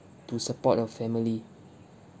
to support a family